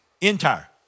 entire